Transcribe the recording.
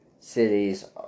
cities